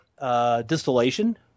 Distillation